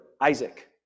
Isaac